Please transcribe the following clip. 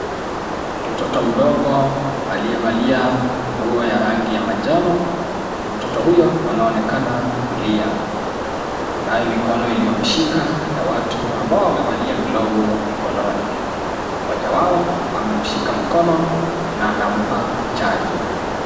Mtoto mdogo aliyevalia nguo ya rangi ya manjano, mtoto huyo anaonekana kulia. Kunayo mikono iliyomshika ya watu ambao wamevalia glovu mikononi. Mmoja wao amemshika mkono na anampa chanjo.